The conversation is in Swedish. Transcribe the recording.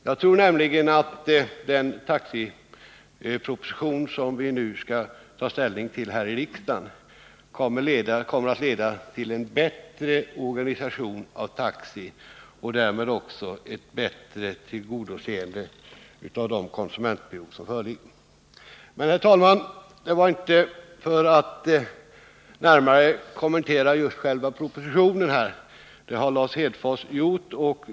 Jag tror nämligen att den taxiproposition som vi nu skall ta ställning till här i riksdagen kommer att leda till en bättre organisation av taxi och därmed också till ett bättre tillgodoseende av de konsumentkrav som föreligger. Herr talman! Det var emellertid inte för att närmare kommentera själva propositionen som jag begärde ordet.